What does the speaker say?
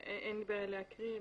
(אגרה בעד רישום להיתר כללי),